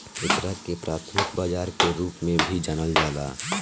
एकरा के प्राथमिक बाजार के रूप में भी जानल जाला